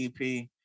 EP